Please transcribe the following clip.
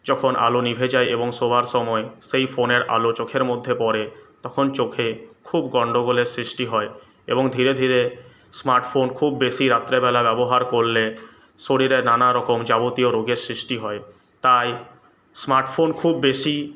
যখন আলো নিভে যায় এবং শোবার সময় সেই ফোনের আলো চোখের মধ্যে পড়ে তখন চোখে খুব গন্ডগোলের সৃষ্টি হয় এবং ধীরে ধীরে স্মার্টফোন খুব বেশি রাত্রেবেলা ব্যবহার করলে শরীরে নানারকম যাবতীয় রোগের সৃষ্টি হয় তাই স্মার্টফোন খুব বেশি